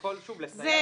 עמרי,